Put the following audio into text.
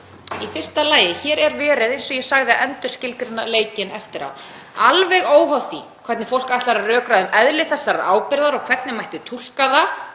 Í fyrsta lagi: Hér er verið, eins og ég sagði, að endurskilgreina leikinn eftir á. Alveg óháð því hvernig fólk ætlar að rökræða um eðli þessarar ábyrgðar og hvernig mætti túlka það,